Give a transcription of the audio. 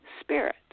spirit